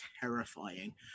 terrifying